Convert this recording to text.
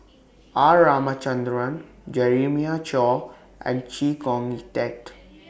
R Ramachandran Jeremiah Choy and Chee Kong Tet